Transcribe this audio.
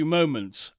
moments